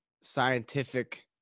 scientific